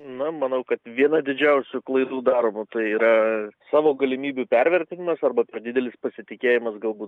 na manau kad viena didžiausių klaidų daromų tai yra savo galimybių pervertinimas arba per didelis pasitikėjimas galbūt